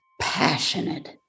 passionate